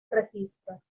registros